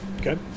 Okay